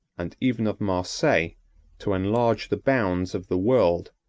and even of marseilles, to enlarge the bounds of the world,